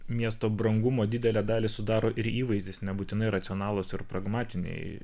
miesto brangumo didelę dalį sudaro ir įvaizdis nebūtinai racionalūs ir pragmatiniai